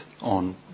on